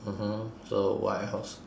mmhmm so what else